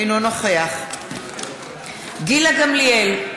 אינו נוכח גילה גמליאל,